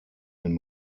den